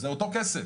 זה אותו כסף,